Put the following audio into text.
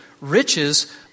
riches